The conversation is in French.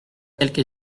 quelque